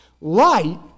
Light